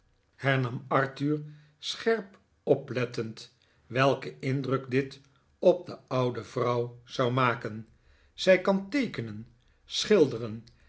arthur scherp oplettend welken indruk dit op de oude vrouw zou maken zij kan teekenen schilderen